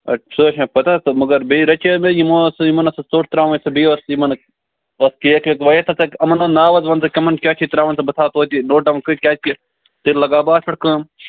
اَدٕ سُہ حظ چھِ مے پَتاہ تہٕ مگر بیٚیہِ رَچے مےٚ یمو یِمن ٲس سُہ ژوٛٹ ترٛاوٕنۍ تہٕ بیٚیہِ ٲس یِمن پَتہٕ کیک ویک وۄنۍ یہِ تہٕ یِمن ہُند ناو حظ وۄنۍ بہٕ یِمن کیاہ چُھ ترٛاوُن بہٕ تھاوٕ تویتہ نوٹ ڈاوُن کٔرِتھ کیازِ کہِ تیٚلہِ لگاو بہٕ اتھ پٮ۪ٹھ کٲم